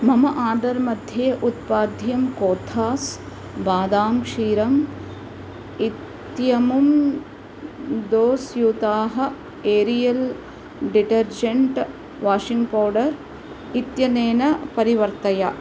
मम आर्डर् मध्ये उत्पाध्यं कोथास् बादाम् क्षीरम् इत्यमुं दो स्यूताः एरियल् डेटर्जेण्ट् वाशिङ्ग् पौडर् इत्यनेन परिवर्तय